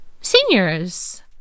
Seniors